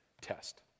test